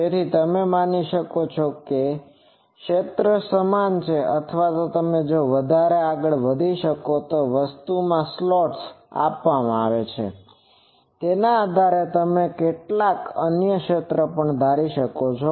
તેથી તમે માની શકો છો કે ત્યાં ક્ષેત્ર સમાન છે અથવા જો તમે વધારે આગળ વધી શકો તો વસ્તુમાં સ્લોટ કાપવામાં આવે છે તેના આધારે તમે કેટલાક અન્ય ક્ષેત્ર પણ ધારણ કરી શકો છો